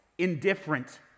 Indifferent